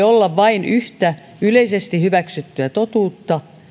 olla vain yhtä yleisesti hyväksyttyä totuutta